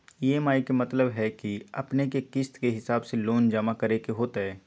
EMI के मतलब है कि अपने के किस्त के हिसाब से लोन जमा करे के होतेई?